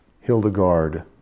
Hildegard